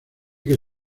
que